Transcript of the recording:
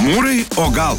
mūrai o gal